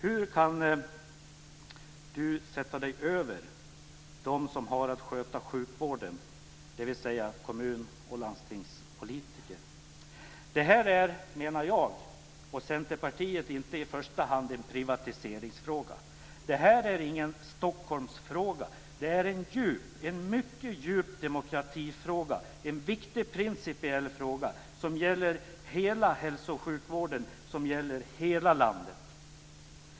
Hur kan då socialministern sätta sig över dem som har att sköta sjukvården, dvs. kommun och landstingspolitiker? Jag och Centerpartiet menar att detta inte är en privatiseringsfråga i första hand. Det är ingen Stockholmsfråga. Det är en mycket djup demokratifråga och en viktig principiell fråga som gäller hela hälso och sjukvården och som gäller hela landet.